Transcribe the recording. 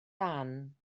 dan